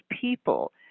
people